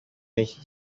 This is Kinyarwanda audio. n’iki